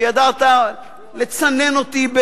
וידעת לצנן אותי,